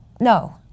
no